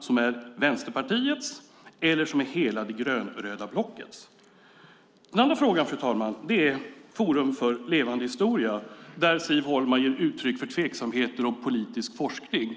som är Vänsterpartiets eller som är hela det rödgröna blockets? Den andra frågan gäller Forum för levande historia där Siv Holma ger uttryck för tveksamheter om politisk forskning.